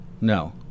No